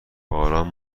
باران